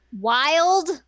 Wild